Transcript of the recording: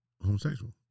homosexual